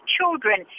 children